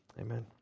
amen